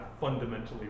fundamentally